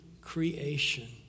creation